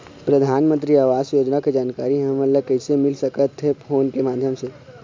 परधानमंतरी आवास योजना के जानकारी हमन ला कइसे मिल सकत हे, फोन के माध्यम से?